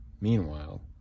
meanwhile